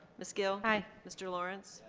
miss gill hi mr. lawrence,